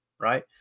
Right